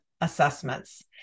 assessments